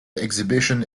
exhibition